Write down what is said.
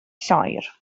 lloer